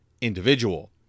individual